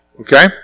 okay